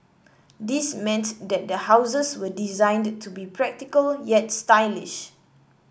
this meant that the houses were designed to be practical yet stylish